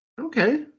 Okay